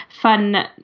fun